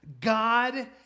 God